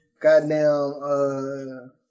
Goddamn